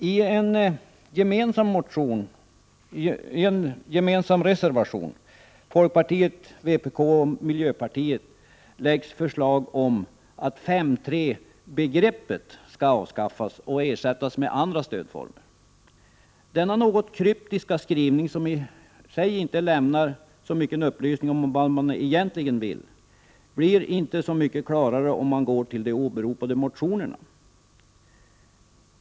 I en gemensam reservation från folkpartiet, vpk och miljöpartiet föreslås att man skall avskaffa 5:3-bidraget och att det skall ersättas med andra stödformer. Denna något kryptiska skrivning, som i sig inte lämnar mycket upplysning om vad man egentligen vill, blir inte mycket klarare om man går till de åberopade motionerna.